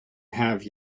have